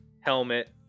Helmet